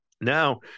Now